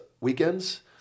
weekends